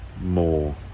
more